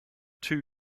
two